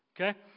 Okay